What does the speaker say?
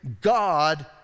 God